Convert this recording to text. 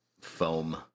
foam